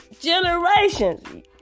generations